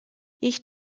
ich